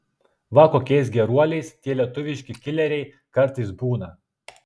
va kokiais geruoliais tie lietuviški kileriai kartais būna